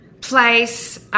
place